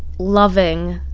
loving.